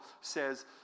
says